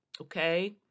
okay